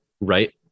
right